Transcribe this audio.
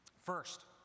First